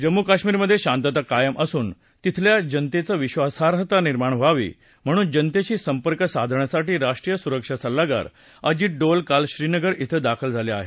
जम्मू कश्मीरमधे शांतता कायम असून तिथल्या जनतेचं विश्वासाईता निर्माण व्हावी म्हणून जनतेशी संपर्क साधण्यासाठी राष्ट्रीय सुरक्षा सल्लागार अजीत डोवाल काल श्रीनगर क्वे दाखल झाले आहेत